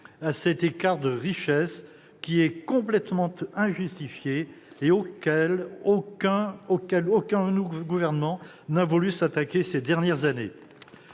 cet écart de richesse qui est complètement injustifié et auquel aucun gouvernement n'a voulu s'attaquer ces dernières années.